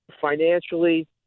financially